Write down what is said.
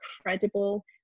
incredible